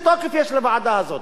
בעניין ההתנחלויות,